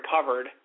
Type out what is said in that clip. recovered